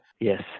Yes